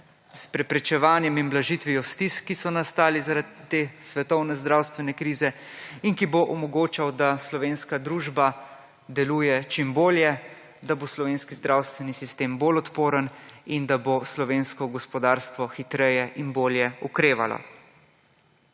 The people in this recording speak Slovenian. s preprečevanjem in blažitvijo stisk, ki so nastali zaradi te svetovne zdravstvene krize in ki bo omogočal, da slovenska družba deluje čim bolje, da bo slovenski zdravstveni sistem bolj odporen in da bo slovensko gospodarstvo hitreje in bolje okrevalo.